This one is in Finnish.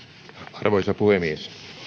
arvoisa puhemies